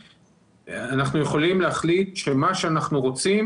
אנחנו יכולים להחליט שמה שאנחנו רוצים,